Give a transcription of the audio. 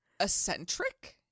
eccentric